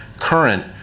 current